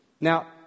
Now